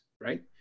right